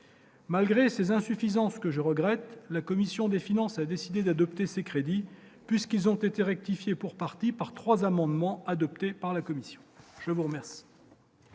Malgré ses insuffisances que je regrette la commission des finances, a décidé d'adopter ces crédits puisqu'ils ont été rectifiés pour partie par 3 amendements adoptés par la commission, je vous remercie.